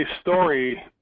story